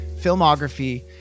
filmography